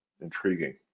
intriguing